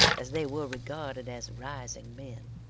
as they were regarded as rising men.